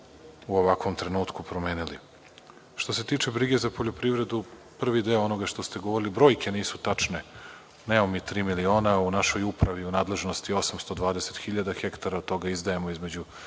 u ovakvom trenutku promenili. Što se tiče brige za poljoprivredu, prvi deo onoga što ste govorili, brojke nisu tačne, nemamo mi tri miliona u našoj upravi, u nadležnosti 820.000 hektara, od toga izdajemo između